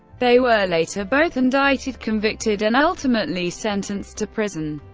they were later both indicted, convicted, and ultimately sentenced to prison.